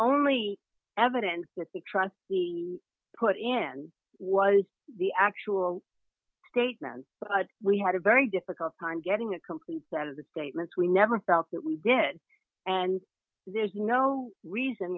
only evidence that the trunk put in was the actual statement but we had a very difficult time getting a complete set of the statements we never felt that we did and there's no reason